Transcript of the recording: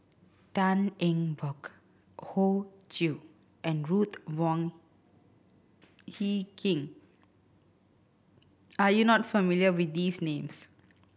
Tan Eng Bock Hoey Choo and Ruth Wong Hie King are you not familiar with these names